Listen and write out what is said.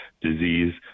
disease